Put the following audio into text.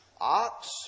ox